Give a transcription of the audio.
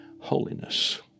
Holiness